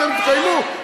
אתם תקיימו?